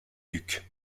duc